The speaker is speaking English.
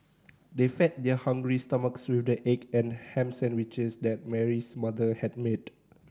they fed their hungry stomachs with the egg and ham sandwiches that Mary's mother had made